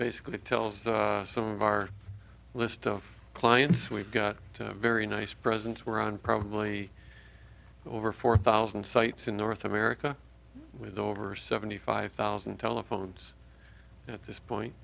basically tells some of our list of clients we've got very nice presents we're on probably over four thousand sites in north america with over seventy five thousand telephones at this point